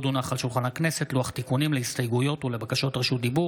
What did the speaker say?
לוח תיקונים להסתייגויות ולבקשות רשות דיבור